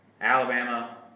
Alabama